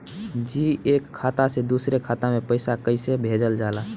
जी एक खाता से दूसर खाता में पैसा कइसे भेजल जाला?